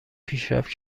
پیشرفت